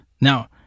Now